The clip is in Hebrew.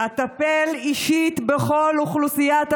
אטפל אישית בכל אוכלוסיית הבדואים."